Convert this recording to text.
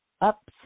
ups